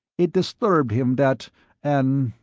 it disturbed him that an.